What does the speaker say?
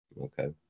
Okay